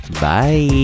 Bye